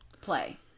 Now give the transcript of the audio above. play